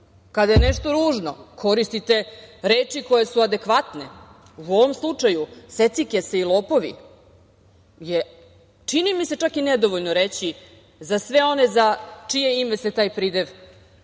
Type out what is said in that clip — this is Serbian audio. Kada je nešto ružno, koristite reči koje su adekvatne. U ovom slučaju – secikese i lopovi je, čini mi se, čak i nedovoljno reći za sve one za čije ime se taj pridev prikači